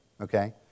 okay